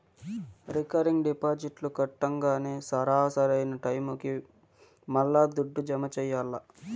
recurring డిపాజిట్లు కట్టంగానే సరా, సరైన టైముకి మల్లా దుడ్డు జమ చెయ్యాల్ల